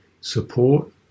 support